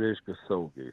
reiškia saugiai